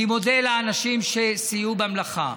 אני מודה לאנשים שסייעו במלאכה.